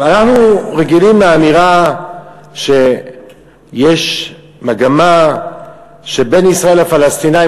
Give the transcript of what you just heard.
אנחנו רגילים לאמירה שיש מגמה שבין ישראל לפלסטינים,